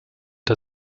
der